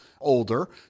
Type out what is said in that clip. older